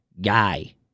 guy